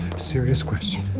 serious question. yeah.